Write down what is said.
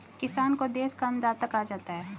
किसान को देश का अन्नदाता कहा जाता है